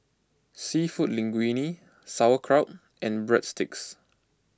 Seafood Linguine Sauerkraut and Breadsticks